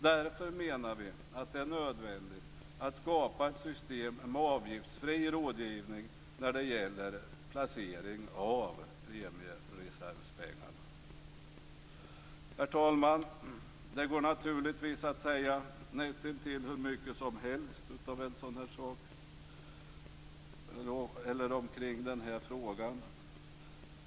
Därför menar vi att det är nödvändigt att skapa ett system med avgiftsfri rådgivning när det gäller placering av premiereservspengarna. Herr talman! Det går naturligtvis att säga näst intill hur mycket som helst om den här frågan.